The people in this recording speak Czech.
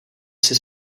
jsi